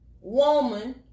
woman